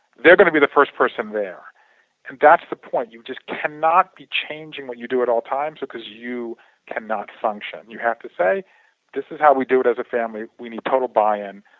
they are going to be the first person there and that's the point, you just cannot be changing what you do at all times because you cannot function. you have to say this is how we do it as a family, we need total buy in,